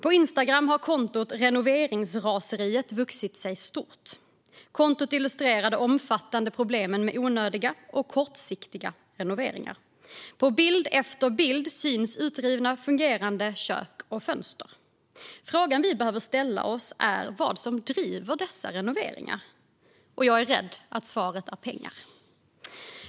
På Instagram har kontot Renoveringsraseriet vuxit sig stort. Kontot illustrerar det omfattande problemet med onödiga och kortsiktiga renoveringar. På bild efter bild syns utrivna fungerande kök och fönster. Frågan vi behöver ställa oss är vad som driver dessa renoveringar. Jag är rädd att svaret är pengar.